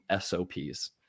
SOPs